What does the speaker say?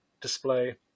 display